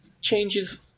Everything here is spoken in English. changes